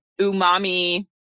umami